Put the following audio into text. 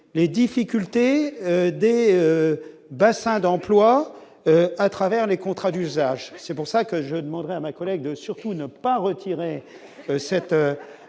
les difficultés des bassins d'emploi à travers les contrats d'usage, c'est pour ça que je demandais à ma collègue de surtout ne pas retirer cet